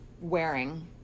wearing